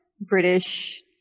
British